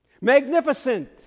Magnificent